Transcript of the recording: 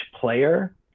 player